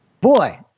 Boy